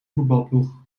voetbalploeg